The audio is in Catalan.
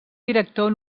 director